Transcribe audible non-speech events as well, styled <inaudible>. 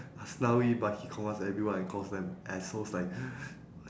aslawi but he call us everyone and calls them assholes like <noise>